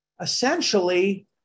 Essentially